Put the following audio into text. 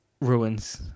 ruins